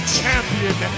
champion